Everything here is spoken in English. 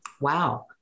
wow